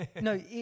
No